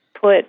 put